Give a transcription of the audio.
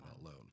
alone